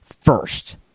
first